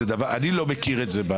אני בכל אופן לא מכיר את זה.